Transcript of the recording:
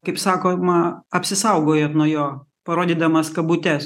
kaip sakoma apsisaugojant nuo jo parodydamas kabutes